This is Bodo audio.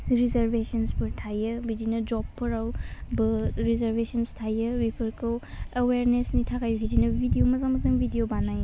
रिर्जाबभेशनसफोर थायो बिदिनो जबफोरावबो रिर्जाभेशनस थायो बेफोरखौ आवेरनेस्ट थाखाय बिदिनो भिडिअ' मोजां मोजां भिडिअ' बानायो